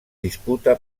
disputa